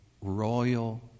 royal